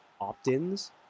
opt-ins